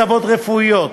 הטבות רפואיות,